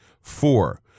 Four